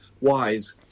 wise